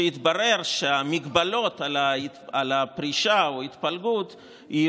שהתברר שמגבלות על פרישה או התפלגות הן